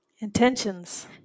Intentions